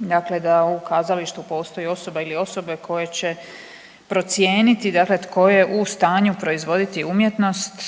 dakle da u kazalištu postoji osoba ili osobe koje će procijeniti dakle tko je u stanju proizvoditi umjetnost.